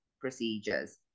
procedures